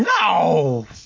No